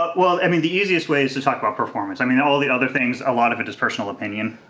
ah well, i mean, the easiest way is to talk about performance. i mean, all the other things, a lot of it is personal opinion.